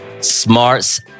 Smarts